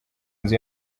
inzu